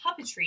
puppetry